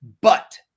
But-